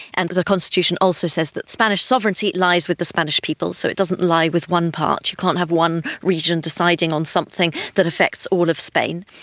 and the constitution also says that spanish sovereignty lies with the spanish people, so it doesn't lie with one part, you can't have one region deciding on something that affects all of spain.